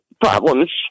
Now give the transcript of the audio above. problems